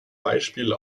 beispiel